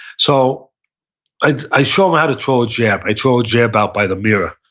so i show him how to throw a jab. i throw a jab out by the mirror.